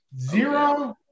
zero